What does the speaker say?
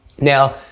Now